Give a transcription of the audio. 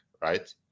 right